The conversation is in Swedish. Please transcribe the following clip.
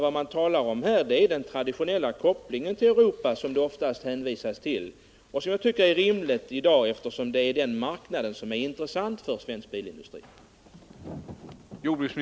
Vad man talar om här är den traditionella kopplingen till Europa, som det oftast hänvisas till och som jag tycker är rimligt i dag, eftersom det är den marknaden som är intressant för svensk bilindustri.